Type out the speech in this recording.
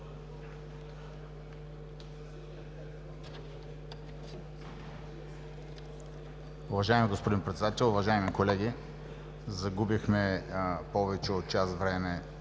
Уважаеми господин Председател, уважаеми колеги! Загубихме повече от час време